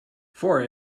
for